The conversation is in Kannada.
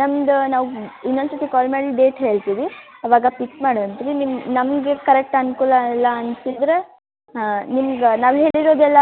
ನಮ್ದು ನಾವು ಇನ್ನೊಂದು ಸರ್ತಿ ಕಾಲ್ ಮಾಡಿ ಡೇಟ್ ಹೇಳ್ತೀವಿ ಅವಾಗ ಪಿಕ್ ಮಾಡುವಂತೆ ರೀ ನಿಮ್ಮ ನಮಗೆ ಕರೆಕ್ಟ್ ಅನುಕೂಲ ಎಲ್ಲ ಅನ್ನಿಸಿದ್ರೆ ನಿಮ್ಗೆ ನಾವು ಹೇಳಿರೋದೆಲ್ಲ